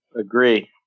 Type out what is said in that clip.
Agree